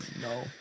no